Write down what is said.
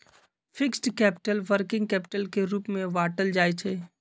fixed capital, working capital के रूप में बाटल जाइ छइ